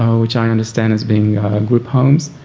which i understand as being group homes,